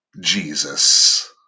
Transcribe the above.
Jesus